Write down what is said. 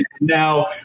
Now